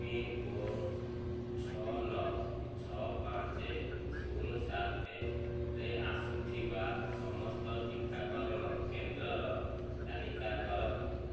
pincode ଛଅ ନଅ ଛଅ ପାଞ୍ଚ ଶୂନ ସାତରେ ଆସୁଥିବା ସମସ୍ତ ଟିକାକରଣ କେନ୍ଦ୍ରର ତାଲିକା କର